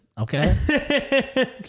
Okay